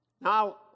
Now